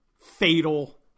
fatal